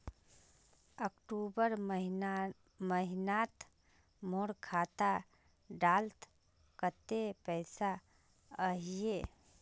अक्टूबर महीनात मोर खाता डात कत्ते पैसा अहिये?